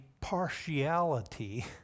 partiality